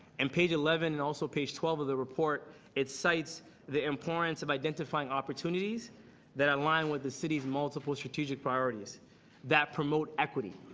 and page eleven and page twelve of the report it cites the importance of identifying opportunities that align with the city's multiple strategic priorities that promote equity.